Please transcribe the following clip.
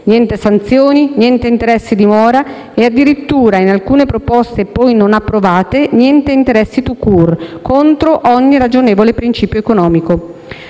nessuna sanzione, nessun interesse di mora, e addirittura, in alcune proposte poi non approvate, nessun interesse *tout court* contro ogni ragionevole principio economico.